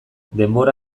denbora